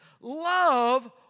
Love